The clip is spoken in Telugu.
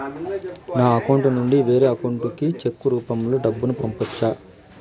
నా అకౌంట్ నుండి వేరే అకౌంట్ కి చెక్కు రూపం లో డబ్బును పంపొచ్చా?